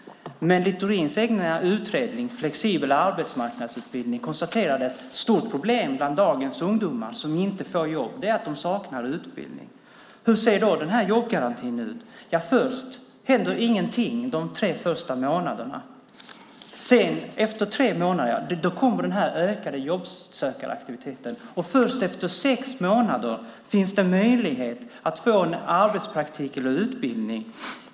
Men hans egen utredning, Flexibel arbetsmarknadsutbildning , konstaterade att ett stort problem bland dagens ungdomar som inte får jobb är att de saknar utbildning. Hur ser då jobbgarantin ut? Först händer ingenting de tre första månaderna. Sedan, efter tre månader, kommer den ökade jobbsökaraktiviteten, och först efter sex månader finns det möjlighet att få en arbetspraktik eller utbildning.